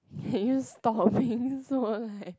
can you storing so like